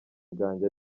bwanjye